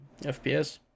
FPS